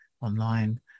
online